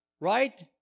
Right